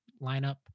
lineup